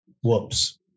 whoops